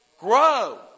grow